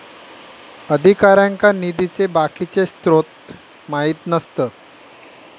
अधिकाऱ्यांका निधीचे बाकीचे स्त्रोत माहित नसतत